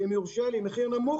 ואם יורשה לי, אז שיהיה מחיר נמוך.